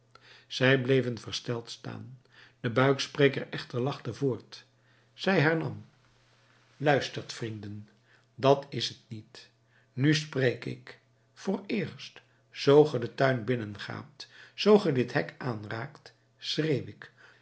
zij bleven versteld staan de buikspreker echter lachte voort zij hernam luistert vrienden dat is het niet nu spreek ik vooreerst zoo ge den tuin binnengaat zoo ge dit hek aanraakt schreeuw ik